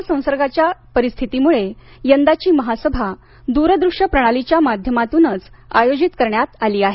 corona संसर्गाच्या परिस्थितीमुळं यंदाची महासभा दूर दृश्य प्रणालीच्या माध्यमातूनच आयोजित करण्यात आली आहे